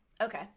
Okay